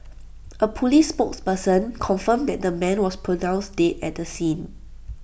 A Police spokesperson confirmed that the man was pronounced dead at the scene